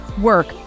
work